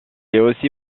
aussi